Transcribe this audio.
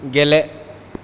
गेले